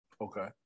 okay